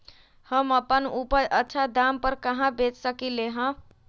हम अपन उपज अच्छा दाम पर कहाँ बेच सकीले ह?